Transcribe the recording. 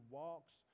walks